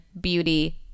beauty